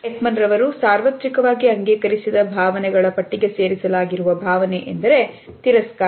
Paul Ekman ರವರು ಸಾರ್ವತ್ರಿಕವಾಗಿ ಅಂಗೀಕರಿಸಿದ ಭಾವನೆಗಳ ಪಟ್ಟಿಗೆ ಸೇರಿಸಲಾಗಿದೆ ಭಾವನೆಯೂ ತಿರಸ್ಕಾರ